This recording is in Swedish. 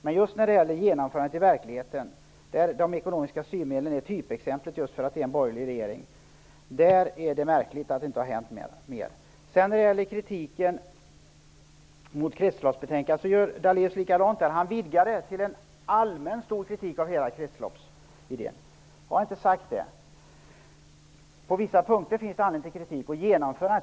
Men när det gäller genomförandet i verkligheten -- de ekonomiska styrmedlen är ett typexempel för den borgerliga regeringen -- är det märkligt att inte mer har hänt. På samma sätt vidgar Lennart Daléus felaktigt vår kritik mot kretsloppsbetänkandet till en allmän stor kritik av hela kretsloppsidén. Det finns anledning till kritik på vissa punkter.